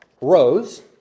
rows